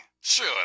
Sure